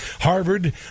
Harvard